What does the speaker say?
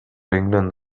england